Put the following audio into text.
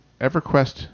EverQuest